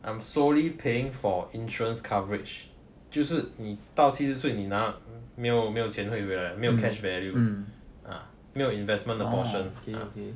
I'm solely paying for insurance coverage 就是你到七十岁你拿了没有没有钱会回来没有 cash value ah 没有 investment 的 option